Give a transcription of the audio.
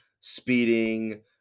speeding